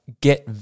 get